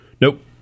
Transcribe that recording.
Nope